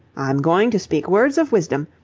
i'm going to speak words of wisdom.